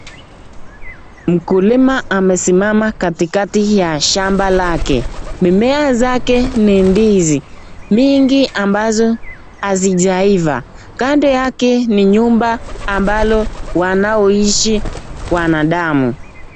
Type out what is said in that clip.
Mkulima amesimama katikati ya shamba lake mimmea zake ni ndizi mingi ambazo hazijaiva, kando yake ni nyumba ambalo wanaoishi wanadamu.